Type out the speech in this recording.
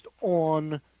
on